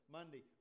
Monday